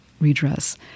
redress